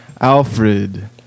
Alfred